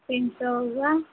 तीन सौ हुआ